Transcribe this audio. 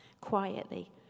quietly